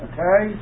Okay